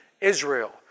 Israel